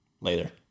later